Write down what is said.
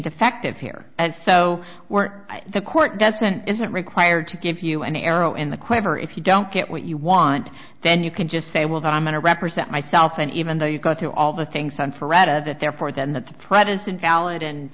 defective here and so were the court doesn't isn't required to give you an arrow in the quiver if you don't get what you want then you can just say well i'm going to represent myself and even though you got all the things done forever that therefore then that the threat is invalid and